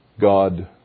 God